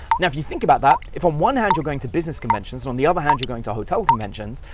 now, if you think about that, if on one hand you're going to business conventions, and on the other hand you're going to hotel conventions,